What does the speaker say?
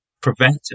preventive